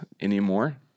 anymore